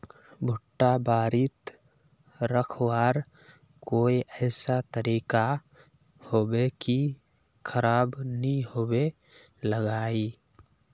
भुट्टा बारित रखवार कोई ऐसा तरीका होबे की खराब नि होबे लगाई?